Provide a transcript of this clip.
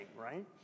right